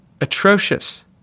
atrocious